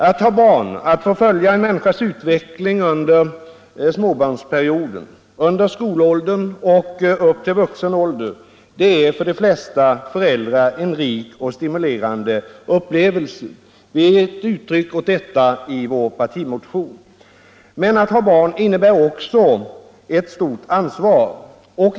Att ha barn, att få följa en människas utveckling under småbarnsperioden, under skolåldern och upp till vuxen ålder är för de flesta föräldrar en rik och stimulerande upplevelse. Vi ger uttryck åt detta i vår partimotion. Att ha barn innebär också ett stort ansvar.